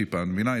את מבינה,